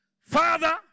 Father